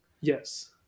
Yes